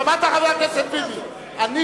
חבר הכנסת ביבי, שמעת?